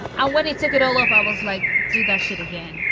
and when he took it all off, i was like, do that shit again.